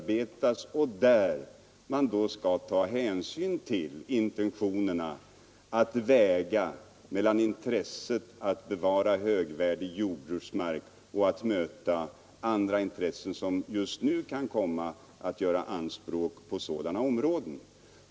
Man skall med hänsyn till intentionerna göra avvägningar mellan intresset att bevara högvärdig jordbruksmark och andra intressen som just nu kan komma att göra anspråk på sådana områden.